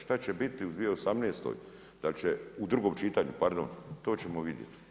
Što će biti u 2018. da će u drugom čitanju, pardon, to ćemo vidjeti.